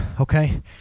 okay